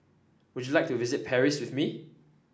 would you like to visit Paris with me